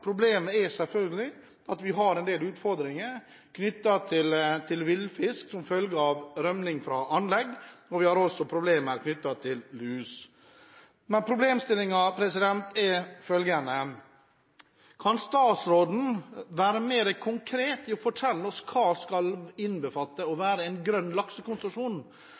problemet er at vi har en del utfordringer knyttet til villfisk, som følge av rømming fra anlegg, og vi har også problemer knyttet til lus. Problemstillingen er følgende: Kan statsråden være mer konkret med å fortelle oss hva en grønn laksekonsesjon skal innbefatte og være?